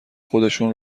خودشون